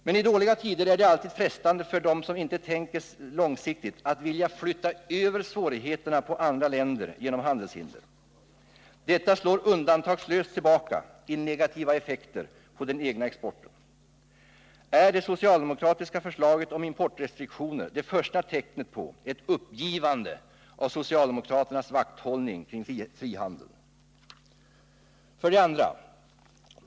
Men i dåliga tider är det alltid frestande för dem som inte tänker så långsiktigt att vilja flytta över svårigheterna på andra länder genom handelshinder. Detta slår undantagslöst tillbaka i negativa effekter på den egna exporten. Är det socialdemokratiska förslaget om importrestriktioner det första tecknet på ett uppgivande av socialdemokraternas vakthållning kring frihandeln? 2.